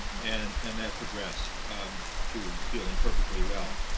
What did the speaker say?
and and that progressed to feeling perfectly well.